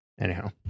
Anyhow